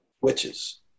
witches